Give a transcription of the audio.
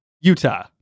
Utah